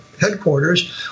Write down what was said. headquarters